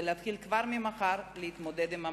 ולהתחיל כבר ממחר להתמודד עם המצב.